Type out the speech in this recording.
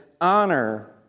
Honor